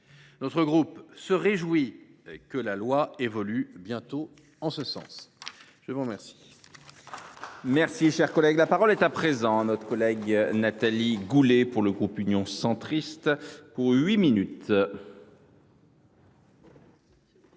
Notre groupe se réjouit que la loi évolue bientôt en ce sens. La parole